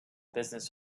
business